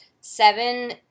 Seven